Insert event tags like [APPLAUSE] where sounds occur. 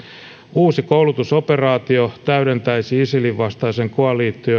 uusi koulutusoperaatio täydentäisi isilin vastaisen koalition [UNINTELLIGIBLE]